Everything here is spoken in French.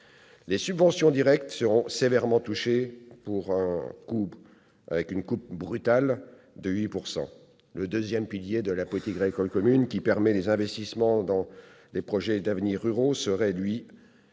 Les subventions directes seront sévèrement touchées par une coupe brutale de 8 %. Le deuxième pilier de la politique agricole commune, qui permet des investissements dans des projets d'avenir ruraux serait quant